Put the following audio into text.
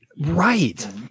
right